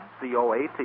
C-O-A-T